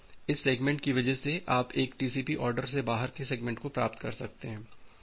और इस सेगमेंट की वजह से आप एक टीसीपी ऑर्डर से बाहर के सेगमेंट प्राप्त कर सकते हैं